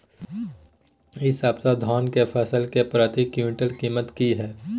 इ सप्ताह धान के फसल के प्रति क्विंटल कीमत की हय?